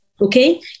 okay